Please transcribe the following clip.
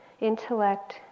intellect